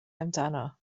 amdano